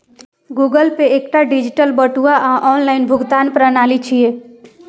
Google Pay एकटा digital बटुआ आ ऑनलाइन भुगतान प्रणाली छियै